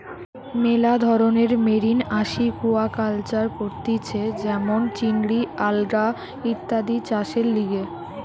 মেলা ধরণের marine aquaculture করতিছে যেমন চিংড়ি, আলগা ইত্যাদি চাষের লিগে